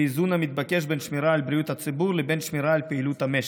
באיזון המתבקש בין שמירה על בריאות הציבור לבין שמירה על פעילות המשק.